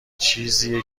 چیزیه